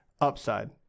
upside